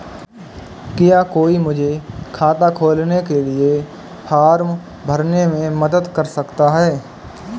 क्या कोई मुझे खाता खोलने के लिए फॉर्म भरने में मदद कर सकता है?